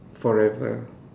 forever